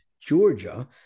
Georgia